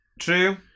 True